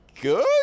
good